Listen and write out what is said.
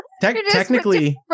Technically